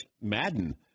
Madden